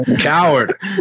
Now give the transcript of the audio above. Coward